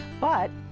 but,